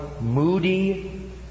moody